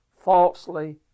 falsely